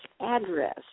address